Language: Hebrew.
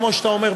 כמו שאתה אומר,